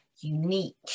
unique